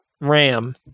Ram